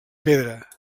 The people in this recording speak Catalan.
pedra